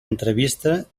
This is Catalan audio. entrevista